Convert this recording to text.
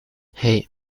hei